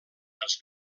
els